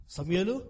Samuel